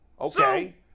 Okay